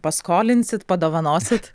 paskolinsit padovanosit